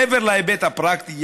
מעבר להיבט הפרקטי,